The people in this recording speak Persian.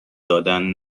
دادن